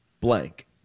blank